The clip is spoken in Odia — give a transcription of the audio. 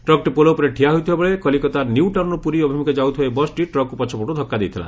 ଟ୍ରକ୍ଟି ପୋଲ ଉପରେ ଠିଆ ହୋଇଥିବା ବେଳେ କଲିକତା ନିୟୁ ଟାଉନ୍ରୁ ପୁରୀ ଅଭିମୁଖେ ଯାଉଥିବା ଏହି ବସ୍ଟି ଟ୍ରକ୍କୁ ପଛପଟୁ ଧକ୍କା ଦେଇଥିଲା